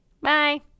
Bye